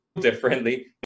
differently